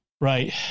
Right